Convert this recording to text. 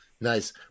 Nice